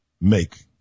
make